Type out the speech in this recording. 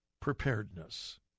preparedness